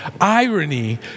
irony